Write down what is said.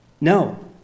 No